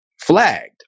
flagged